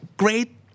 Great